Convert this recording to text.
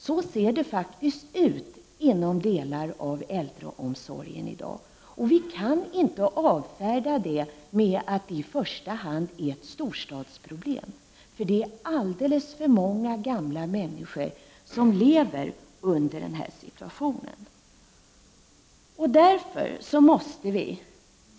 Så här ser det faktiskt ut inom delar av äldreomsorgen i dag. Vi kan inte avfärda detta med att det i första hand är ett storstadsproblem. Det är alldeles för många gamla människor som befinner sig i den här situationen.